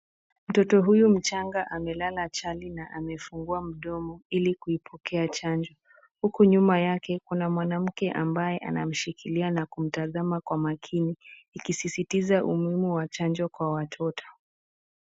Mtoto huyu mchanga amelala chali na amefungua mdomo ili kupokea chanjo. Huku nyuma yake kuna mwanamke ambaye wanamshikilia na kumtazama kwa makini ikisisitiza umuhimu wa chanjo kwa watoto.